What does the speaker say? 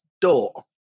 door